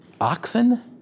oxen